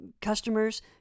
customers